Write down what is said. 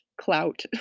clout